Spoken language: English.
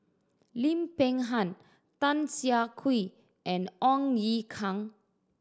Lim Peng Han Tan Siah Kwee and Ong Ye Kung